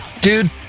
dude